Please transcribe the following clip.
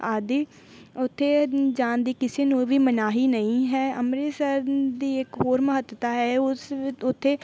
ਆਦਿ ਉੱਥੇ ਜਾਣ ਦੀ ਕਿਸੇ ਨੂੰ ਵੀ ਮਨਾਹੀ ਨਹੀਂ ਹੈ ਅੰਮ੍ਰਿਤਸਰ ਦੀ ਇੱਕ ਹੋਰ ਮਹੱਤਤਾ ਹੈ ਉਸ ਉੱਥੇ